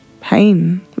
pain